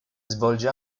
svolge